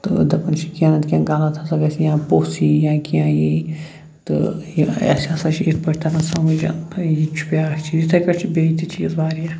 تہٕ دَپان چھِ کینٛہہ نَتہٕ کینٛہہ غَلَط ہَسا گَژھِ یا پوژھ یی یا کینٛہہ یی تہٕ یہِ اَسہِ ہَسا چھ یِتھ پٲٹھۍ تران سمجَن یہِ چھُ بیٛاکھ چیٖز یِتھے کٲٹھۍ چھِ بیٚیہِ تہِ چیٖز واریاہ